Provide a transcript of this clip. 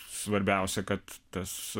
svarbiausia kad tas